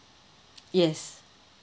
yes